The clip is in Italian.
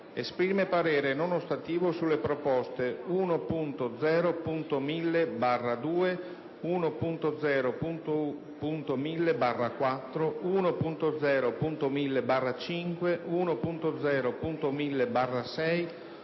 Esprime parere non ostativo sulle proposte 1.0.1000/2, 1.0.1000/4, 1.0.1000/5, 1.0.1000/6,